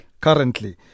currently